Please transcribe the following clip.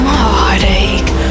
heartache